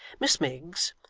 miss miggs,